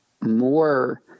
more